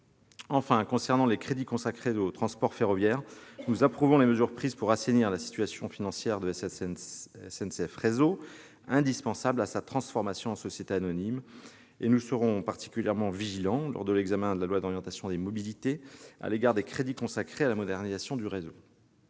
Enfin, concernant les crédits consacrés au transport ferroviaire, nous approuvons les mesures prises pour assainir la situation financière de SNCF Réseau, indispensables à sa transformation en société anonyme, et nous serons particulièrement vigilants, lors de l'examen du projet de loi d'orientation des mobilités, sur les crédits consacrés à la modernisation du réseau.